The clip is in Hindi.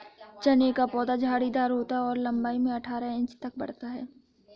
चने का पौधा झाड़ीदार होता है और लंबाई में अठारह इंच तक बढ़ता है